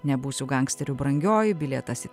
nebūsiu gangsteriu brangioji bilietas į